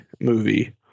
movie